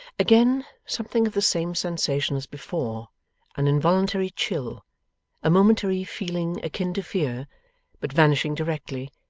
again something of the same sensation as before an involuntary chill a momentary feeling akin to fear but vanishing directly,